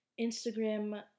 Instagram